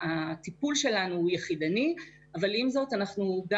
הטיפול שלנו הוא יחידני אבל עם זאת אנחנו גם